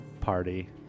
party